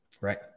right